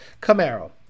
Camaro